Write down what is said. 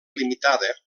limitada